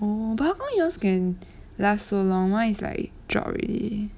oh but how come yours can last so long mine is like drop already